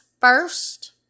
first